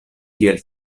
kiel